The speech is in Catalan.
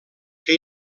que